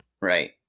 Right